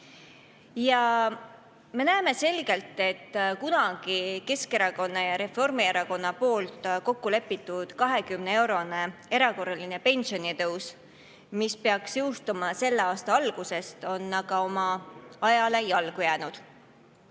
Me näeme selgelt, et kunagi Keskerakonna ja Reformierakonna poolt kokkulepitud 20‑eurone erakorraline pensionitõus, mis peaks jõustuma aasta alguses, on ajale jalgu jäänud.